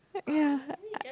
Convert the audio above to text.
ya